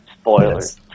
Spoilers